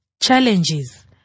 challenges